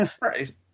right